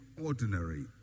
ordinary